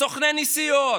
סוכני הנסיעות,